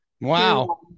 Wow